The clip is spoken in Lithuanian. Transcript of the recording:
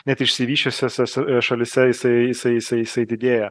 net išsivysčiusiosese šalyse jisai jisai jisai jisai didėja